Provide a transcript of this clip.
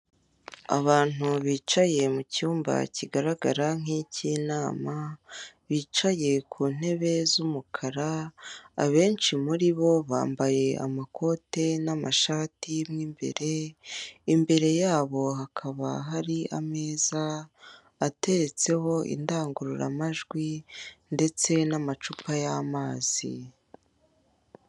Abantu bicaye mucyumba kigaragara nk'icyinama bicaye ku ntebe z'umukara abenshi muri bo bambaye amakoti n'amashati mw'imbere imbere yabo hakaba hari ameza ateretseho indangururamajwi ndetse n'amacupa y'amazi.